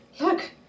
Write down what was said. look